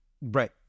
Right